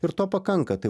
ir to pakanka tai